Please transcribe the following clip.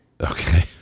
Okay